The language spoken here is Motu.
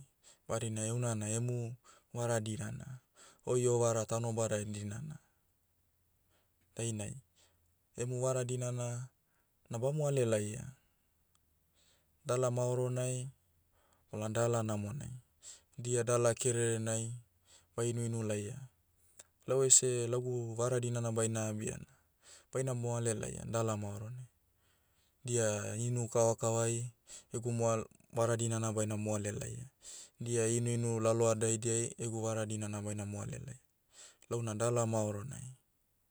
Badina heuna na emu, vara dinana. Oi ovara tanobadai dinana. Dainai, emu vara dinana, na bamoale laia. Dala maoronai, bona dala namonai. Dia dala kererenai, ba inuinu laia. Lau ese lagu vara dinana baina abia na, baina moale laia dala maoronai. Dia inu kavakavai, egu moa- vara dinana baina moale laia. Dia inuinu lalohadaidiai, egu vara dinana baina moale lai. Launa dala maoronai.